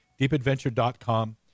deepadventure.com